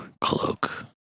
cloak